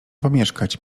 pomieszkać